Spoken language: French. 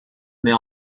mais